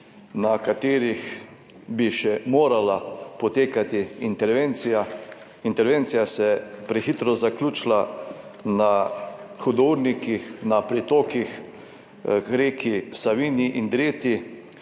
na katerih bi še morala potekati intervencija. Intervencija se je prehitro zaključila na hudournikih, na pritokih k reki Savinji in Dreti